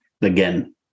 again